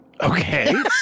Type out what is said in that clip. Okay